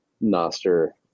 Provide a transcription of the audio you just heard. Noster